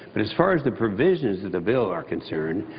but as far as the provisions of the bill are concerned,